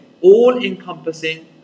all-encompassing